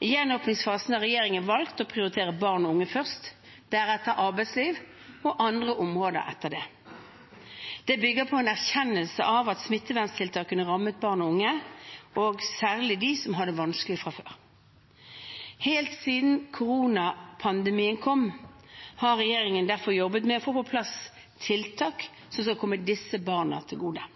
I gjenåpningsfasen har regjeringen valgt å prioritere barn og unge først, deretter arbeidsliv og andre områder etter det. Det bygger på en erkjennelse av at smitteverntiltakene rammet barn og unge, og særlig dem som hadde det vanskelig fra før. Helt siden koronapandemien kom, har regjeringen derfor jobbet med å få på plass tiltak som skal komme disse barna til gode.